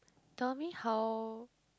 tell me how